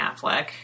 Affleck